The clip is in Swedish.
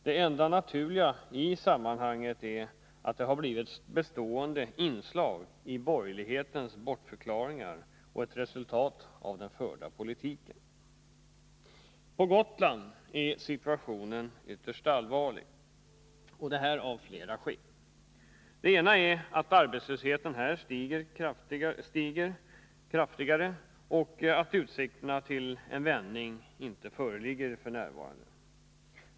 Det enda naturliga i detta sammanhang är att detta har blivit ett bestående inslag i borgerlighetens bortförklaringar och ett resultat av den förda politiken. På Gotland är situationen ytterst allvarlig — detta av flera skäl. Det ena är att arbetslösheten här ökar kraftigare och att utsikterna till en vändning inte föreligger f. n.